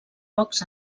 pocs